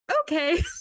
Okay